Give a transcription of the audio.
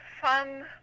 fun